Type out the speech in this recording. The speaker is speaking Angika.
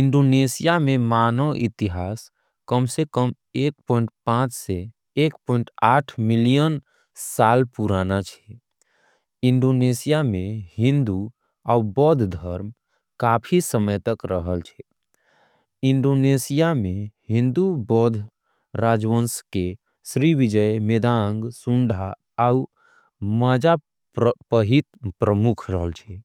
इंडोनेशिया के मानव इतिहास कम से कम एक प्वाइंट। पांच से एक प्वाइंट आठ मिलियन साल पुराना छे इंडोनेशिया। में काफी समय तक हिंदू और बौद्ध धर्म रहल छे इंडोनेशिया। में हिंदू और बौद्ध राजवंश के राज रहल छे जैसे किर्तानेगारा। और त्रिभुवना जैसे राजा यहाँ सदियों तक राज करल जाए छे।